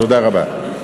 תודה רבה.